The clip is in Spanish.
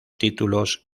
títulos